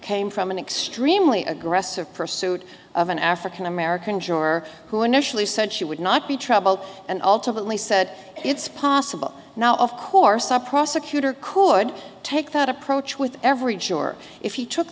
came from an extremely aggressive pursuit of an african american juror who initially said she would not be troubled and ultimately said it's possible now of course a prosecutor could take that approach with every juror if he took